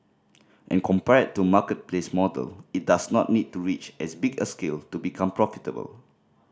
and compared to marketplace model it does not need to reach as big a scale to become profitable